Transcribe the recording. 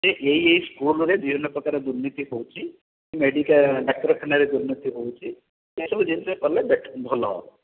ଯେ ଏହି ଏହି ସ୍କୁଲରେ ବିଭିନ୍ନ ପ୍ରକାର ଦୁର୍ନୀତି ହେଉଛି ମେଡ଼ିକା ଡାକ୍ତରଖାନାରେ ଦୁର୍ନୀତି ହେଉଛି ଏସବୁ ଜିନିଷ କଲେ ଭଲ ହେବ